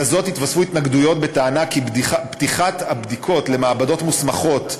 לזאת התווספו התנגדויות בטענה שפתיחת הבדיקות למעבדות מוסמכות ומאושרות,